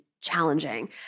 challenging